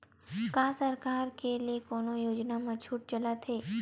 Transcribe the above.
का सरकार के ले कोनो योजना म छुट चलत हे?